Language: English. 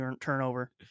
turnover